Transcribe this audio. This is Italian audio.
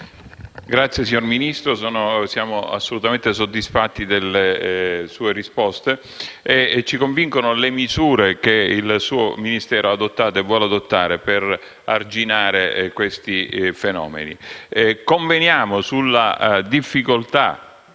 Signor Ministro, siamo assolutamente soddisfatti delle sue risposte. Ci convincono le misure che il suo Ministero ha adottato e intende adottare per arginare i fenomeni in questione. Conveniamo sulla difficoltà